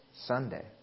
Sunday